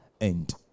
end